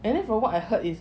and then from what I heard is